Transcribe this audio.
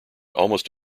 almost